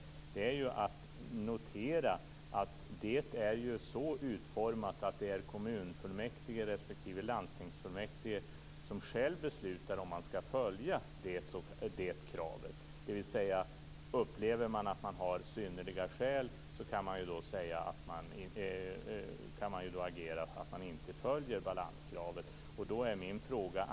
Det är att notera att det är så utformat att det är kommunfullmäktige respektive landstingsfullmäktige som själv beslutar om man skall följa det kravet. Upplever man att man har synnerliga skäl att inte göra det kan man låta bli att följa balanskravet.